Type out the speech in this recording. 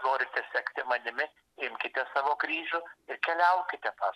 norite sekti manimi imkite savo kryžių ir keliaukite pas